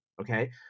Okay